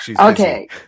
Okay